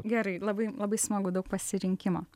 gerai labai labai smagu daug pasirinkimo